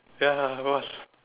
ya it was